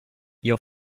your